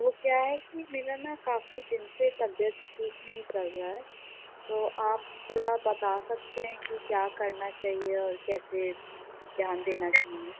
वो क्या है कि मेरा न काफ़ी दिन से तबीयत ठीक नहीं चल रहा है तो आप थोड़ा बता सकते हैं कि क्या करना चाहिए और कैसे ध्यान देना चाहिए